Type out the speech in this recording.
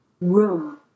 room